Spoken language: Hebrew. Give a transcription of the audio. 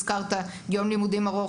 הזכרת יום לימודים ארוך,